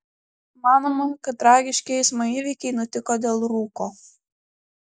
manoma kad tragiški eismo įvykiai nutiko dėl rūko